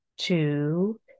two